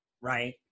Right